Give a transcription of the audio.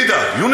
מי ידאג?